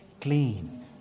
clean